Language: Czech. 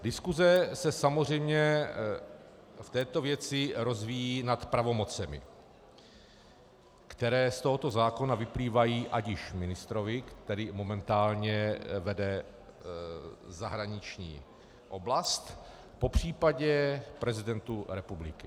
Diskuse se samozřejmě v této věci rozvíjí nad pravomocemi, které z tohoto zákona vyplývají ať už ministrovi, který momentálně vede zahraniční oblast, popřípadě prezidentu republiky.